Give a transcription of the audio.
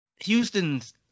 Houston's